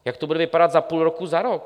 Jak to bude vypadat za půl roku, za rok?